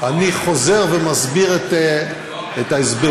אני חוזר ונותן את ההסבר.